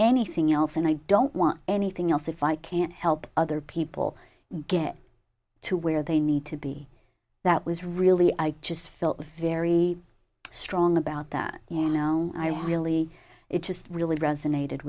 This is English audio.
anything else and i don't want anything else if i can't help other people get to where they need to be that was really i just felt very strong about that you know i really it just really